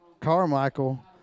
Carmichael